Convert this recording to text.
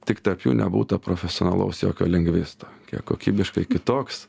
tik tarp jų nebūta profesionalaus jokio lingvisto kiek kokybiškai kitoks